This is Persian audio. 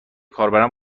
کاربران